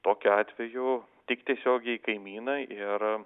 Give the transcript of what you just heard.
tokiu atveju tik tiesiogiai į kaimyną ir